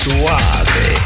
Suave